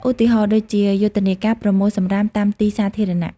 ឧទាហរណ៍ ដូចជាយុទ្ធនាការប្រមូលសំរាមតាមទីសាធារណៈ។